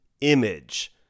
image